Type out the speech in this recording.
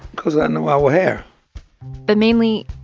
because i know our hair but mainly,